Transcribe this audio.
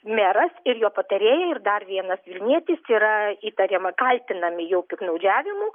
meras ir jo patarėja ir dar vienas vilnietis yra įtariama kaltinami jau piktnaudžiavimu